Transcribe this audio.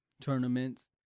tournaments